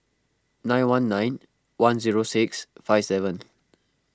nine one nine one zero six five seven